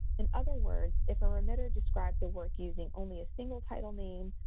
in other words, if a remitter describes a work using only a single title name,